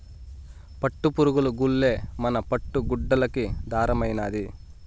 పట్టుపురుగులు గూల్లే మన పట్టు గుడ్డలకి దారమైనాది